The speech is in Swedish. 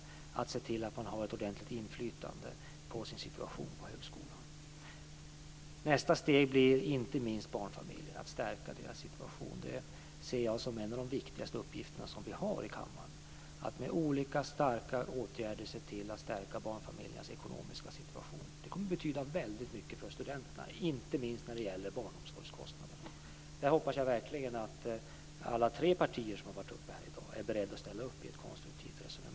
Det är viktigt att se till att man har ett ordentligt inflytande på sin situation på högskolan. Nästa steg blir inte minst att stärka barnfamiljernas situation. Jag ser det som en av de viktigaste uppgifterna vi har i kammaren att med olika åtgärder se till att stärka barnfamiljernas ekonomiska situation. Det kommer att betyda väldigt mycket för studenterna, inte minst när det gäller barnomsorgskostnaderna. På den punkten hoppas jag verkligen att alla tre partier som har varit uppe här i dag är beredda att ställa upp på ett konstruktivt resonemang.